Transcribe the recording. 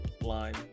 line